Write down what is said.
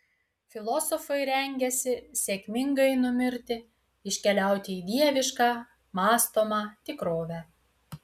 filosofai rengiasi sėkmingai numirti iškeliauti į dievišką mąstomą tikrovę